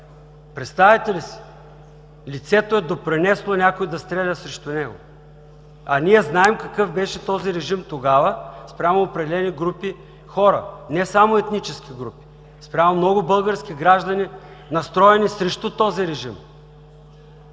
Представяте ли си: лицето е допринесло някой да стреля срещу него?! Ние знаем какъв беше режимът тогава спрямо определени групи хора, не само етнически групи – спрямо много български граждани, настроени срещу този режим.